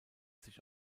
sich